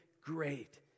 great